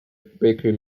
bakery